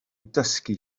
dysgu